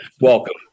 Welcome